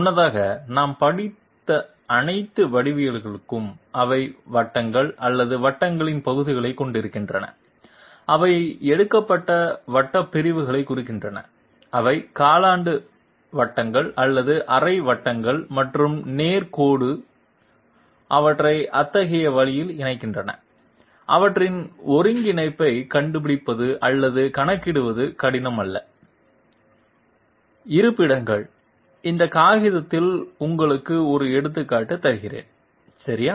முன்னதாக நாம் படித்த அனைத்து வடிவவியல்களும் அவை வட்டங்கள் அல்லது வட்டங்களின் பகுதிகளைக் கொண்டிருக்கின்றன அவை எடுக்கப்பட்ட வட்டப் பிரிவுகளைக் குறிக்கின்றன அவை காலாண்டு வட்டங்கள் அல்லது அரை வட்டங்கள் மற்றும் நேர் கோடுகள் அவற்றை அத்தகைய வழியில் இணைக்கின்றன அவற்றின் ஒருங்கிணைப்பைக் கண்டுபிடிப்பது அல்லது கணக்கிடுவது கடினம் அல்ல இருப்பிடங்கள் இந்த காகிதத்தில் உங்களுக்கு ஒரு எடுத்துக்காட்டு தருகிறேன் சரியா